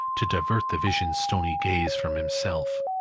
to divert the vision's stony gaze from himself.